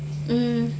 mm